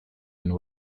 and